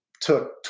took